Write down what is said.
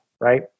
right